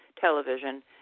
television